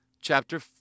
chapter